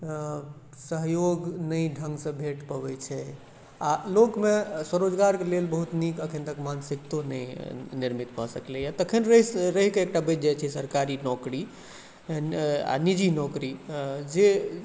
सहयोग नहि ढङ्गसँ भेट पबै छै आओर लोकमे स्वरोजगारके लेल बहुत नीक एखन तक मानसिकतो नहि निर्मित भऽ सकलैए तखन रहि कऽ एकटा बचि जाइ छै सरकारी नौकरी आओर निजी नौकरी जे